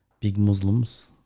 big muslims,